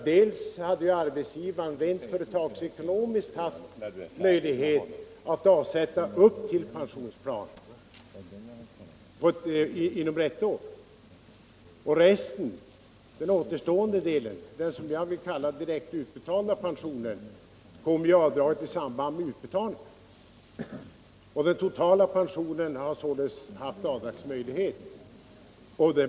Rent företagsekonomiskt hade arbetsgivaren haft möjlighet att avsätta upp till pensionsplan inom ett år. Beträffande den återstående delen, den som jag vill kalla den direktutbetalda pensionen, kommer avdraget i samband med utbetalningen. För den totala pensionen har sålunda förelegat avdragsmöjlighet.